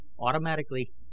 automatically